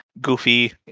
goofy